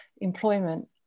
employment